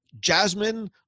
jasmine